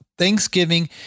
Thanksgiving